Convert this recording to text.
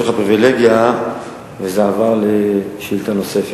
לך פריווילגיה וזה עבר לשאילתא נוספת,